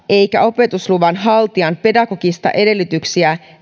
eikä opetusluvan haltijan pedagogisia edellytyksiä